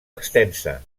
extensa